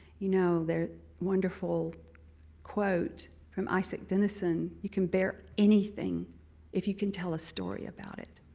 you know, the wonderful quote from isak dinesen, you can bear anything if you can tell a story about it.